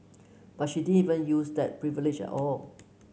but she didn't even use that 'privilege' at all